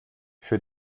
für